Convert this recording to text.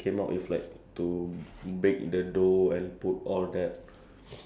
then it's like um some sauce and meat and that is like a sandwich already